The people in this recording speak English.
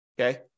okay